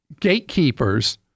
gatekeepers